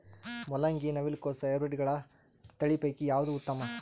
ಮೊಲಂಗಿ, ನವಿಲು ಕೊಸ ಹೈಬ್ರಿಡ್ಗಳ ತಳಿ ಪೈಕಿ ಯಾವದು ಉತ್ತಮ?